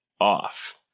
off